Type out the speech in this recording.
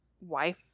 wife